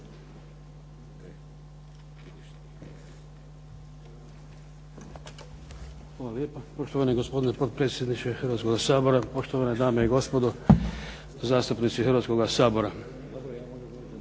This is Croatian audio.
Hvala lijepa. Poštovani gospodine potpredsjedniče Hrvatskoga sabora, poštovane dame i gospodo zastupnici Hrvatskoga sabora.